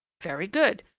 very good!